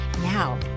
Now